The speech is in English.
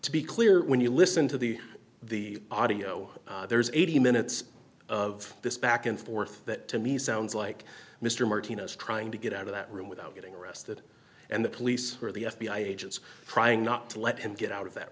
to be clear when you listen to the the audio there is eighty minutes of this back and forth that to me sounds like mr martinez trying to get out of that room without getting arrested and the police or the f b i agents trying not to let him get out of that